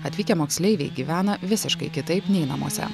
atvykę moksleiviai gyvena visiškai kitaip nei namuose